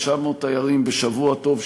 900 תיירים בשבוע טוב,